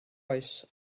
oes